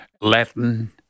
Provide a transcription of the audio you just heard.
Latin